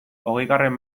hogeigarren